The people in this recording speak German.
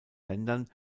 ländern